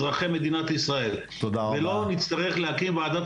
למען אזרחי מדינת ישראל ולא נצטרך להקים ועדת